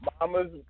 Mama's